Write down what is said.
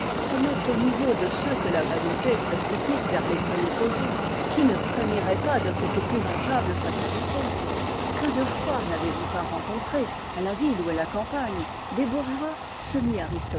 se mettent au niveau de ceux que la vanité précipite vers l'écueil opposé qui ne frémirait pas de cette épouvantable fraternité que de fois n'avez-vous pas rencontré à la ville ou à la campagne des bourgeois